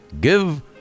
Give